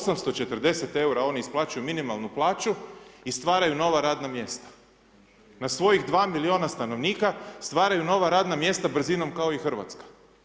840 eura, oni isplaćuju minimalnoj plaću i stvaraju nova radna mjesta na svojih 2 milijuna stanovnika, stvaraju nova radna mjesta brzinom kao i Hrvatska.